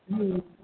हम लोग नहीं